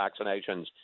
vaccinations